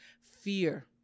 fear